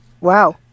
wow